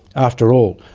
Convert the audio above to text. after all,